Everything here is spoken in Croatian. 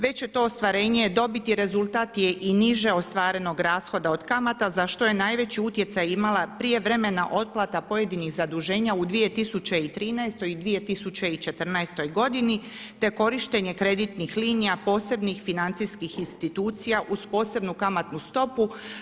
Već je to ostvarenje dobiti rezultat je i niže ostvarenog rashoda od kamata za što je najveći utjecaj imala prijevremena otplata pojedinih zaduženja u 2013. i 2014. godini te korištenje kreditnih linija, posebnih financijskih institucija uz posebnu kamatnu stopu.